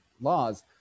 laws